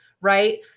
Right